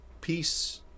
peace